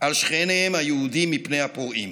על שכניהם היהודים מפני הפורעים.